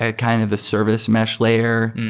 ah kind of the service mesh layer.